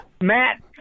Matt